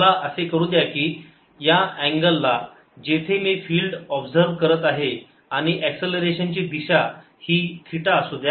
मला असे करू द्या की या अँगल ला जेथे मी फिल्ड ऑबजर्व करत आहे आणि एक्ससलरेशन ची दिशा ही थिटा असू द्या